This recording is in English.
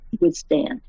Withstand